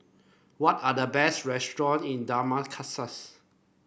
what are the best restaurant in Damascus